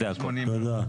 זה הכל.